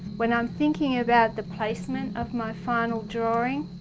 when i'm thinking about the placement of my final drawing,